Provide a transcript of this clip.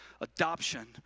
adoption